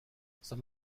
some